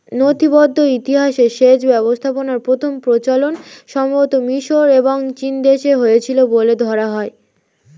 নথিবদ্ধ ইতিহাসে সেচ ব্যবস্থাপনার প্রথম প্রচলন সম্ভবতঃ মিশর এবং চীনদেশে হয়েছিল বলে ধরা হয়